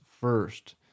first